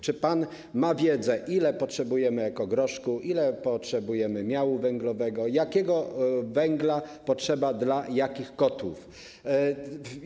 Czy pan ma wiedzę, ile potrzebujemy ekogroszku, ile potrzebujemy miału węglowego, jakiego węgla potrzeba dla jakich kotłów?